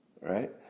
Right